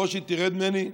ברושי, תרד ממני,